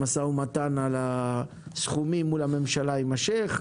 המשא ומתן על הסכומים מול הממשלה יימשך.